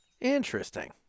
Interesting